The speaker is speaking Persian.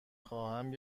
خواهم